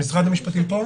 משרד המשפטים פה?